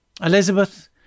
Elizabeth